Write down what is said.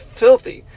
filthy